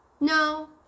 no